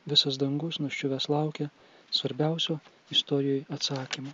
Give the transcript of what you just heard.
visas dangus nuščiuvęs laukia svarbiausio istorijoj atsakymo